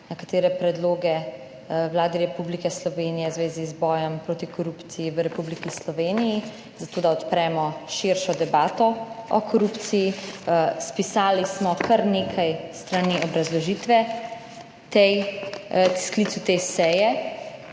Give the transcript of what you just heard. nekatere predloge Vladi Republike Slovenije v zvezi z bojem proti korupciji v Republiki Sloveniji, zato da odpremo širšo debato o korupciji. Spisali smo kar nekaj strani obrazložitve tej sklicu te seje